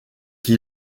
qui